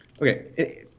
Okay